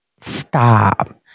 Stop